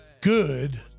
good